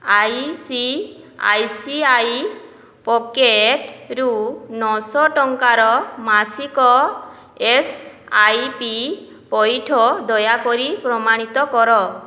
I C I C I ପକେଟ୍ରୁ ନଅଶହ ଟଙ୍କାର ମାସିକ ଏସ୍ ଆଇ ପି ପଇଠ ଦୟାକରି ପ୍ରମାଣିତ କର